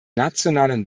nationalen